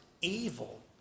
evil